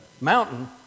mountain